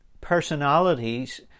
personalities